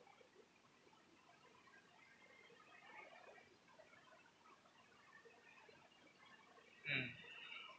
mm